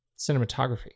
cinematography